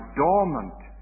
dormant